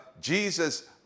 Jesus